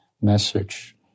message